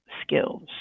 skills